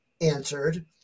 answered